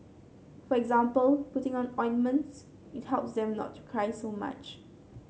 for example putting on ointments it helps them not to cry so much